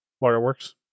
waterworks